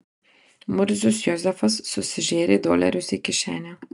murzius jozefas susižėrė dolerius į kišenę